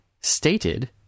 stated